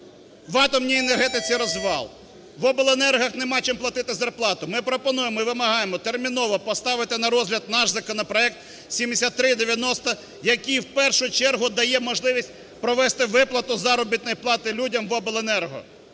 В атомній енергетиці розвал. В обленергах немає чим платити зарплату. Ми пропонуємо, ми вимагаємо терміново поставити на розгляд наш законопроект 7390, який в першу чергу дає можливість провести виплату заробітної плати людям в обленерго.